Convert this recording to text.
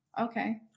okay